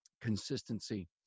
consistency